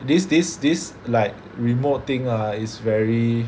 this this this like remote thing ah is very